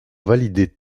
valider